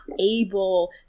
able